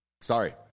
sorry